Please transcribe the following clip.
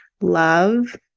love